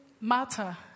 matter